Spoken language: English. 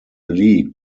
league